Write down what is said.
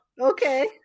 Okay